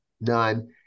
none